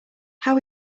how